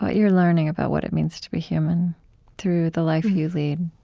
but you're learning about what it means to be human through the life you lead